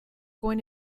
going